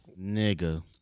Nigga